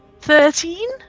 Thirteen